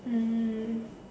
mm